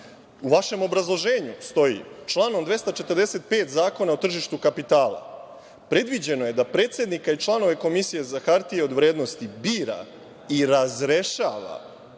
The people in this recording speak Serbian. U vašem obrazloženju stoji - članom 245. Zakona o tržištu kapitala predviđeno je da predsednika i članove Komisije za hartije od vrednosti bira i razrešava